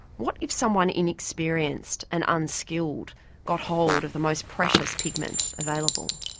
what if someone inexperienced and unskilled got hold of the most precious pigment available?